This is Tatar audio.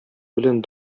белән